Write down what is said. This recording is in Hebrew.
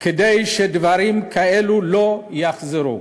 כדי שדברים כאלו לא יחזרו.